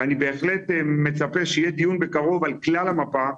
ואני בהחלט מצפה שיהיה דיון בקרוב על כלל המפה,